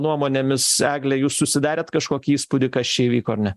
nuomonėmis eglę jūs susidarėt kažkokį įspūdį kas čia įvyko ar ne